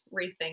rethink